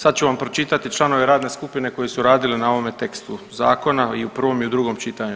Sad ću vam pročitati članove radne skupine koji su radili na ovome tekstu zakona i u prvom i u drugom čitanju.